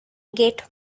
get